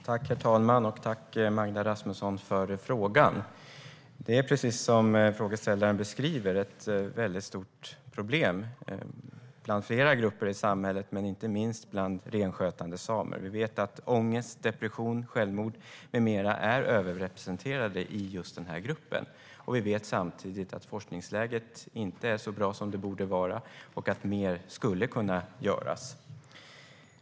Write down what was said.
Herr talman! Tack, Magda Rasmusson, för frågan! Detta är precis som frågeställaren beskriver ett stort problem bland flera grupper i samhället, inte minst bland renskötande samer. Vi vet att ångest, depression och självmord numera är överrepresenterade i den gruppen. Vi vet samtidigt att forskningsläget inte är så bra som det borde vara och att mer skulle kunna göras.